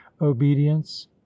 obedience